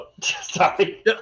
Sorry